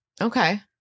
Okay